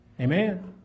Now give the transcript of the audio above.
Amen